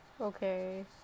Okay